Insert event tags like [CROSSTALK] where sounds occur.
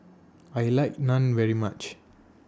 I like Naan very much [NOISE]